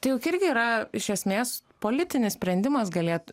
tai juk irgi yra iš esmės politinis sprendimas galėt